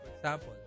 example